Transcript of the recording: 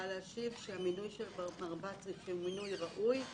המינוי של מר בצרי הוא מינוי ראוי,